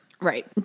Right